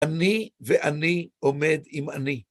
אני ואני עומד עם אני.